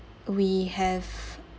we have